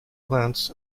plants